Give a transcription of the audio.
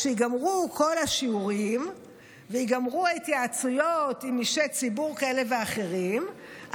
כשייגמרו כל השיעורים וייגמרו ההתייעצויות עם אישי ציבור כאלה ואחרים,